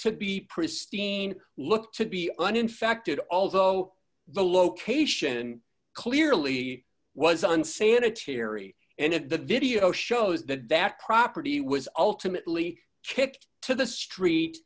to be pristine looked to be uninfected although the location clearly was unsanitary and at the video shows that that property was ultimately kicked to the street